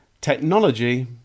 technology